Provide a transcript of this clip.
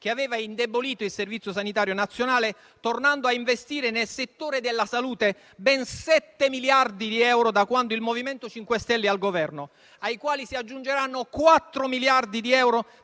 che aveva indebolito il Servizio sanitario nazionale tornando a investire nel settore della salute ben sette miliardi di euro da quando il MoVimento 5 Stelle è al Governo, ai quali si aggiungeranno 4 miliardi di euro